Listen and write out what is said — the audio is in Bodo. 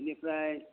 बिनिफ्राय